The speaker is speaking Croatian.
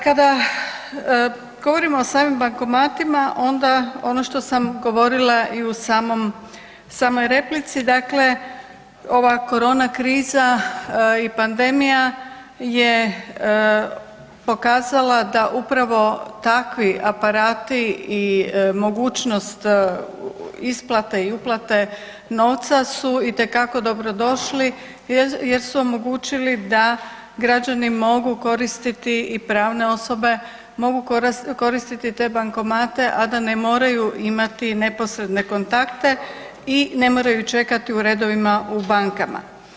Kada govorimo o samim bankomatima onda ono što sam govorila i u samom, samoj replici dakle ova korona kriza i pandemija je pokazala da upravo takvi aparati i mogućnost isplate i uplate novca su itekako dobro došli jer su omogućili da građani mogu koristiti i pravne osobe mogu koristiti te bankomate, a da ne moraju imati neposredne kontakte i ne moraju čekati u redovima u bankama.